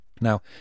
Now